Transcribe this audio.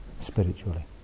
spiritually